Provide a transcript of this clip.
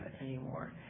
anymore